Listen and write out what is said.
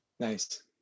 Nice